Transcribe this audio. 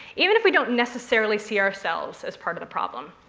even if we don't necessarily see ourselves as part of the problem.